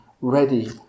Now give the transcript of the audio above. ready